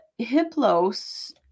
Hiplos